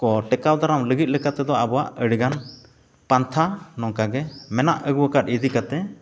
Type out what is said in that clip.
ᱠᱚ ᱴᱮᱠᱟᱣ ᱫᱟᱨᱟᱢ ᱞᱟᱹᱜᱤᱫ ᱞᱮᱠᱟ ᱛᱮᱫᱚ ᱟᱵᱚᱣᱟᱜ ᱟᱹᱰᱤᱜᱟᱱ ᱯᱟᱱᱛᱷᱟ ᱱᱚᱝᱠᱟᱜᱮ ᱢᱮᱱᱟᱜ ᱟᱹᱜᱩ ᱟᱠᱟᱫ ᱤᱫᱤ ᱠᱟᱛᱮᱫ